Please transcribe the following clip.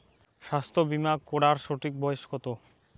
স্বাস্থ্য বীমা করার সঠিক বয়স কত?